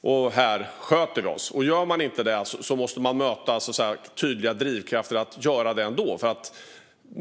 och här sköter vi oss. Gör man inte det måste man möta tydliga drivkrafter att göra det ändå.